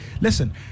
Listen